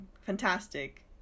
fantastic